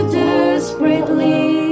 desperately